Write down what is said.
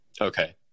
Okay